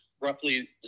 roughly